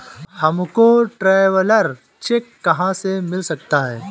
हमको traveller cheque कहाँ से मिल सकता है?